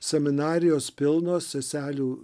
seminarijos pilnos seselių